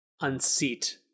unseat